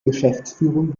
geschäftsführung